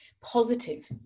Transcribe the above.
positive